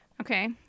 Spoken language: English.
okay